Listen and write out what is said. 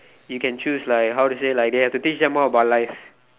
you can choose like how to say like they have to teach them more about life